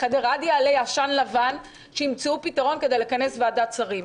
להיכנס לחדר כדי למצוא פתרון לכינוס ועדת שרים.